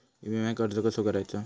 विम्याक अर्ज कसो करायचो?